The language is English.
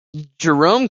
jerome